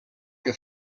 que